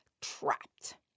trapped